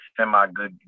semi-good